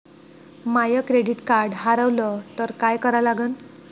माय credit card हारवलं तर काय करा लागन?